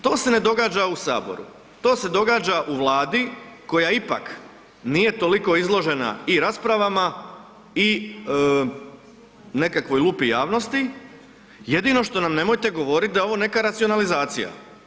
To se ne događa u Saboru, to se događa u Vladi koja ipak nije toliko izložena i raspravama i nekakvoj lupi javnosti, jedino što nam nemojte govorit da je ovo neka racionalizacija.